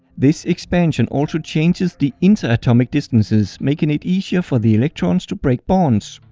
this expansion also changes the interatomic distances making it easier for the electrons to break bonds.